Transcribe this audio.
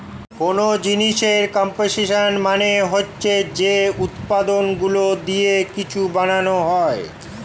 কোন জিনিসের কম্পোসিশন মানে হচ্ছে যে উপাদানগুলো দিয়ে কিছু বানানো হয়